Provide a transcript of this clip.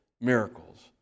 miracles